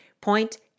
Point